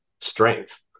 strength